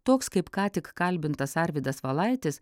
toks kaip ką tik kalbintas arvydas valaitis